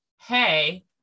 Hey